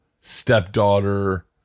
stepdaughter